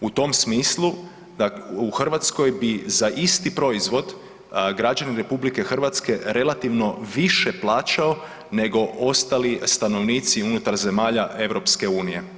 U tom smislu u Hrvatskoj bi za isti proizvod građani RH relativno više plaćao nego ostali stanovnici unutar zemalja EU.